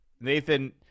Nathan